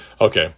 Okay